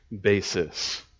basis